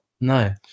No